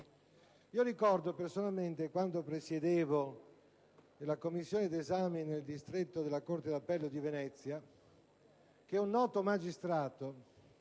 Ricordo personalmente, quando ho presieduto la commissione d'esame nel distretto della corte d'appello di Venezia, che un noto magistrato,